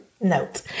note